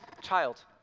child